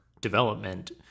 development